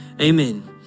Amen